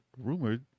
rumored